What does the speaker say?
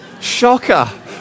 Shocker